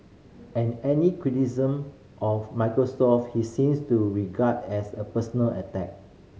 and any criticism of Microsoft he seems to regard as a personal attack